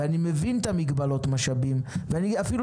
אני מבין את מגבלות המשאבים ואני אפילו